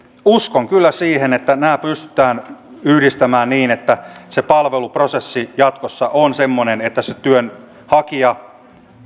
uskon kyllä siihen että nämä pystytään yhdistämään niin että se palveluprosessi jatkossa on semmoinen että työnhakija